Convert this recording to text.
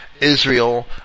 Israel